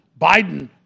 Biden